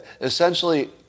Essentially